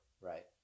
Right